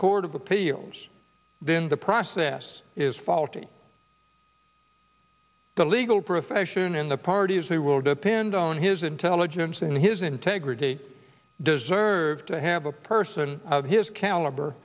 court of appeals the process is faulty the legal profession and the parties who will depend on his intelligence and his integrity deserve to have a person of his caliber